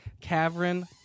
Cavern